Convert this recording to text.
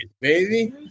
baby